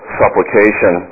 supplication